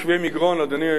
אדוני היושב-ראש,